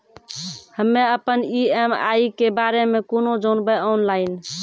हम्मे अपन ई.एम.आई के बारे मे कूना जानबै, ऑनलाइन?